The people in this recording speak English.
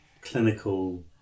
clinical